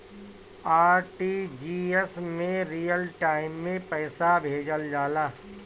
RTGS में real time में पइसा भेजल जाला